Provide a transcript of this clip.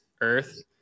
earth